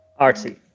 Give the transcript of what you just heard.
Artsy